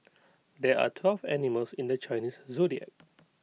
there are twelve animals in the Chinese Zodiac